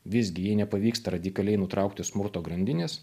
visgi jei nepavyksta radikaliai nutraukti smurto grandinės